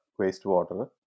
wastewater